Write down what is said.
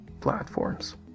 platforms